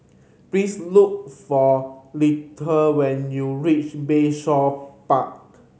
please look for Lettie when you reach Bayshore Park